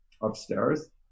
upstairs